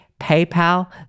PayPal